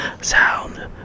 sound